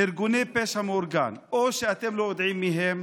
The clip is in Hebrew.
ארגוני פשע מאורגן, או שאתם לא יודעים מי הם,